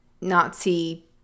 Nazi